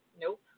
Nope